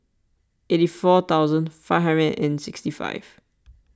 eighty four thousand five hundred and sixty five